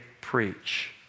preach